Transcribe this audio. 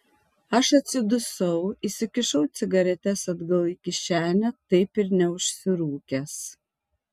aš atsidusau įsikišau cigaretes atgal į kišenę taip ir neužsirūkęs